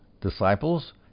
disciples